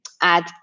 add